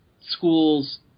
schools